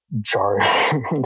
jarring